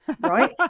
right